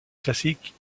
classiques